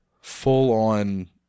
full-on